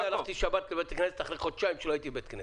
אני הלכתי בשבת לבית הכנסת אחרי חודשיים שלא הייתי בבית כנסת.